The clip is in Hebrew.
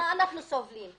אנחנו סובלים.